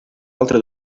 altra